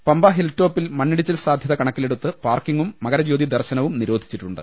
പമ്പ ഹിൽടോപ്പിൽ മണ്ണിടിച്ചിൽ സാധ്യത കണക്കിലെടുത്ത് പാർക്കിംഗും മകരജ്യോതി ദർശനവും നിരോ നിച്ചിട്ടുണ്ട്